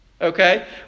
okay